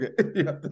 okay